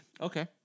Okay